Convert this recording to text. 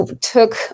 took